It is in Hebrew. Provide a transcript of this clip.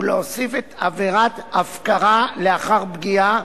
ולהוסיף את עבירת "הפקרה לאחר פגיעה",